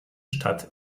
stadt